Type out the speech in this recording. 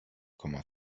komma